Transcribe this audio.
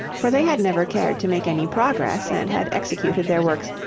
for they had never cared to make any progress and had executed their works,